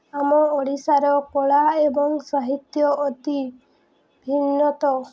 ଆମ ଓଡ଼ିଶାର କଳା ଏବଂ ସାହିତ୍ୟ ଅତି ଭିନ୍ନତ